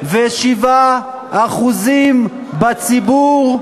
87% בציבור,